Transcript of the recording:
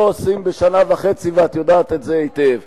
לא עושים בשנה וחצי, ואת יודעת את זה היטב.